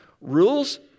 rules